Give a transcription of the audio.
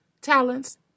talents